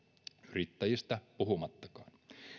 yrittäjistä puhumattakaan